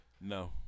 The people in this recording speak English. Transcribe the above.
no